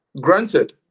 granted